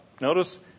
Notice